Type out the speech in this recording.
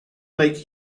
make